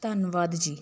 ਧੰਨਵਾਦ ਜੀ